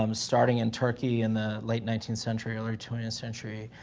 um starting in turkey in the late nineteenth century, early twentieth century,